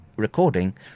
recording